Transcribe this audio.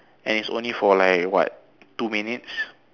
and it's only for like what two minutes